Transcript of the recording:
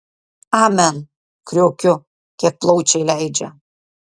amen kriokiu kiek plaučiai leidžia